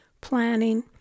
planning